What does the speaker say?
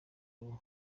ubu